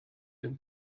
dem